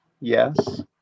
yes